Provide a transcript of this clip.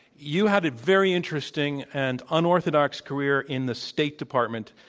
you had a very interesting and unorthodox career in the state department.